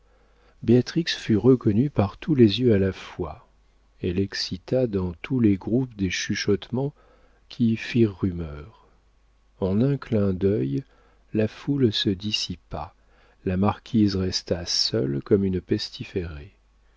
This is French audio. fut reconnue par tous les yeux à la fois elle excita dans tous les groupes des chuchotements qui firent rumeur en un clin d'œil la foule se dissipa la marquise resta seule comme une pestiférée